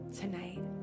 tonight